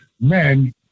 men